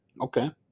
Okay